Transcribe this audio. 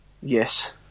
Yes